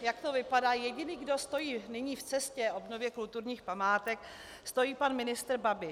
Jak to vypadá, jediný, kdo stojí nyní v cestě obnově kulturních památek, je pan ministr Babiš.